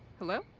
hello?